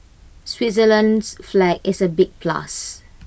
Switzerland's flag is A big plus